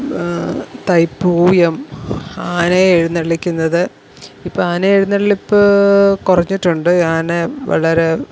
തൈപ്പൂയം ആനയെ എഴുന്നള്ളിക്കുന്നത് ഇപ്പോൾ ആനയെ എഴുന്നള്ളിപ്പ് കുറഞ്ഞിട്ടുണ്ട് ആന വളരെ